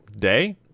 day